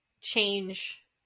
change